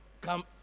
come